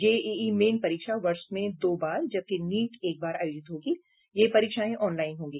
JEE Main परीक्षा वर्ष में दो बार जबकि नीट एक बार आयोजित होगी ये परीक्षाएं ऑनलाइन होंगी